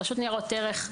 רשות ניירות ערך,